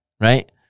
right